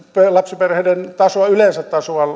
lapsiperheiden tasoa yleensä